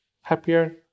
happier